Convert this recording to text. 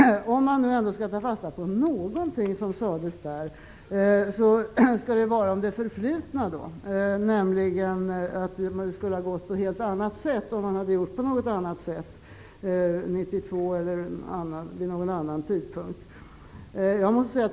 Om jag ändå skall ta fasta på någonting i Göran Perssons anförande, är det vad som sades om det förflutna, nämligen att det skulle ha gått på ett helt annat sätt om man hade gjort på något annat sätt 1991, eller vid någon annan tidpunkt.